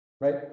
right